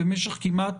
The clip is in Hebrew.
במשך כמעט